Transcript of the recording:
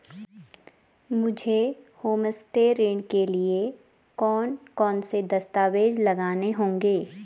मुझे होमस्टे ऋण के लिए कौन कौनसे दस्तावेज़ लगाने होंगे?